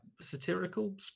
satirical